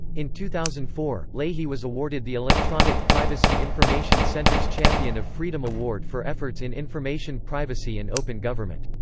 in two thousand and four, leahy was awarded the electronic privacy information center's champion of freedom award for efforts in information privacy and open government.